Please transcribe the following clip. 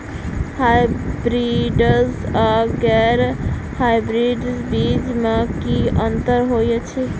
Hybrids आ गैर hybrids बीज म की अंतर होइ अछि?